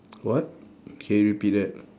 what can you repeat that